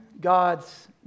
God's